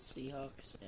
Seahawks